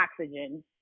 oxygen